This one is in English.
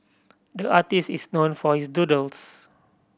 the artist is known for his doodles